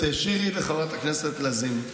חבר הכנסת שירי וחברת הכנסת לזימי,